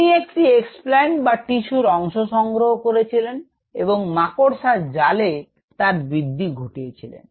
তিনি একটি এক্সপ্ল্যানট বা টিস্যুর অংশ সংগ্রহ করেছিলেন এবং মাকড়শার জালে তার বৃদ্ধি ঘটিয়েছিলেন